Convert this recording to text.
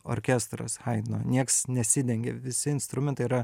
orkestras haidno nieks nesidengia visi instrumentai yra